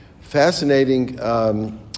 Fascinating